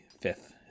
fifth